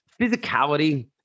physicality